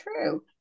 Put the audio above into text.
true